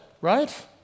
right